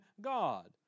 God